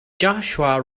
joshua